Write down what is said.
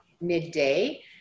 midday